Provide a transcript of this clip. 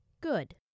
Good